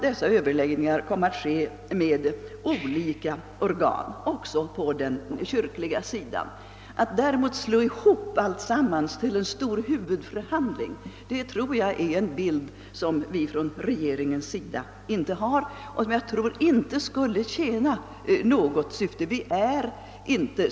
Dessa överläggningar kan i sin tur också bedrivas med olika organ på det kyrkliga området. Att däremot slå ihop alltsammans till en stor huvudförhandling överensstämmer inte med den bild som vi har inom regeringen av dessa frågor, och jag tror inte att det skulle tjäna något syfte.